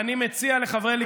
אמנון רובינשטיין.